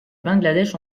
bangladesh